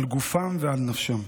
על גופם ועל נפשם.